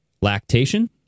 lactation